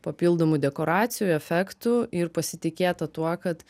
papildomų dekoracijų efektų ir pasitikėta tuo kad